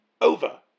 over